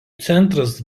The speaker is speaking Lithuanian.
centras